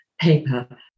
paper